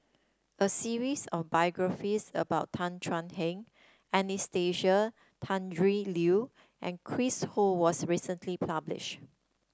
a series of biographies about Tan Thuan Heng Anastasia Tjendri Liew and Chris Ho was recently published